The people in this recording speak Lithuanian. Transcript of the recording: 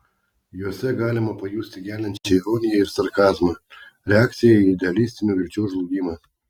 juose galima pajusti geliančią ironiją ir sarkazmą reakciją į idealistinių vilčių žlugimą